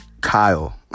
Kyle